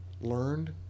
learned